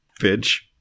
Bitch